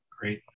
Great